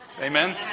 Amen